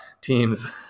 teams